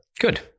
good